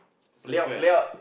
Parade Square